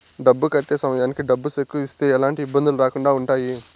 డబ్బు కట్టే సమయానికి డబ్బు సెక్కు ఇస్తే ఎలాంటి ఇబ్బందులు రాకుండా ఉంటాయి